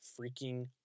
freaking